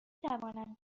توانم